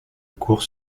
cour